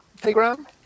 Telegram